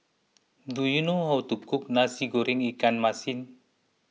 do you know how to cook Nasi Goreng Ikan Masin